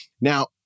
Now